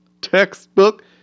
Textbook